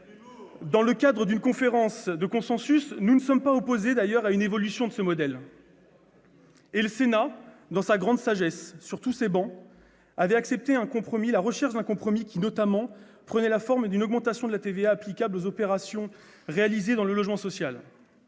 Dans le cadre d'une conférence de consensus, nous ne sommes d'ailleurs pas opposés à une évolution de ce modèle. Et le Sénat, dans sa grande sagesse, sur toutes ses travées, avait accepté la recherche d'un compromis qui, notamment, prenait la forme d'une augmentation de la TVA applicable aux opérations réalisées dans le logement social,